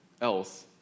else